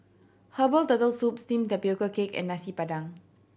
herbal Turtle Soup steamed tapioca cake and Nasi Padang